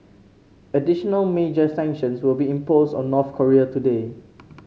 additional major sanctions will be imposed on North Korea today